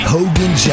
Hogan